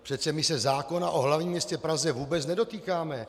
Přece my se zákona o hlavním městě Praze vůbec nedotýkáme.